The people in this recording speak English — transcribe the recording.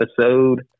episode